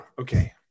Okay